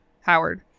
Howard